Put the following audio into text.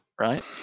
right